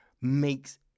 makes